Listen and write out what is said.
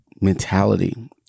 mentality